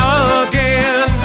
again